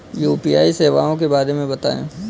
UPI सेवाओं के बारे में बताएँ?